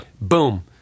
Boom